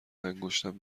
انگشتم